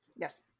yes